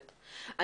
בהחלט.